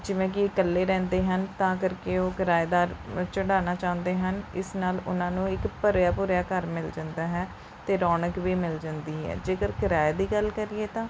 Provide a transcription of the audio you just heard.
ਜਿਵੇਂ ਕਿ ਇਕੱਲੇ ਰਹਿੰਦੇ ਹਨ ਤਾਂ ਕਰਕੇ ਉਹ ਕਿਰਾਏਦਾਰ ਚੜ੍ਹਾਉਣਾ ਚਾਹੁੰਦੇ ਹਨ ਇਸ ਨਾਲ ਉਹਨਾਂ ਨੂੰ ਇੱਕ ਭਰਿਆ ਭੁਰਿਆ ਘਰ ਮਿਲ ਜਾਂਦਾ ਹੈ ਅਤੇ ਰੌਣਕ ਵੀ ਮਿਲ ਜਾਂਦੀ ਹੈ ਜੇਕਰ ਕਿਰਾਏ ਦੀ ਗੱਲ ਕਰੀਏ ਤਾਂ